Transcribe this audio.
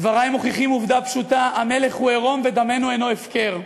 דברי מוכיחים עובדה פשוטה: המלך הוא עירום ודמנו אינו הפקר.